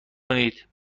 کنید